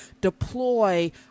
deploy